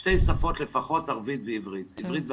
בשתי שפות לפחות, עברית וערבית.